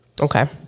Okay